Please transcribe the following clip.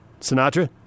Sinatra